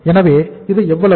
எனவே இது எவ்வளவு